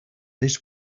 this